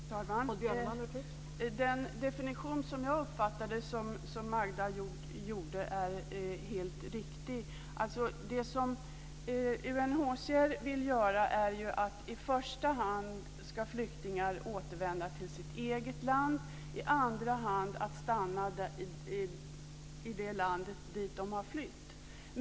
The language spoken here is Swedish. Fru talman! Den definition som jag uppfattade som Magda gjorde är helt riktig. Det som UNHCR vill göra är att i första hand ska flyktingar återvända till sitt eget land, och i andra hand ska de stanna i det land dit de har flytt.